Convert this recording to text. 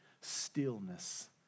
stillness